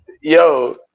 Yo